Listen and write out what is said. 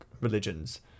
religions